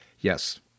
Yes